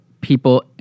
people